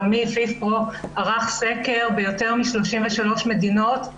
פעולות ההדרכה יהיו על-פי תכנים שיאושרו על-ידי משרד המשפטים קודם לכן.